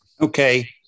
Okay